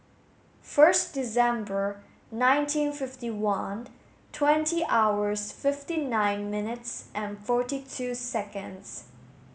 first December nineteen fifty one twenty hour fifty nine minutes forty two seconds